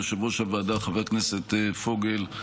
ליושב-ראש הוועדה חבר הכנסת פוגל,